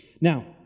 Now